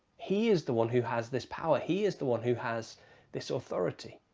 he is the one who has this power. he is the one who has this authority.